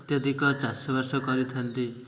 ଅତ୍ୟଧିକ ଚାଷବାସ କରିଥାନ୍ତି